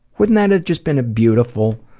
wouldn't that have just been a beautiful